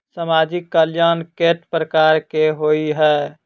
सामाजिक कल्याण केट प्रकार केँ होइ है?